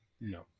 No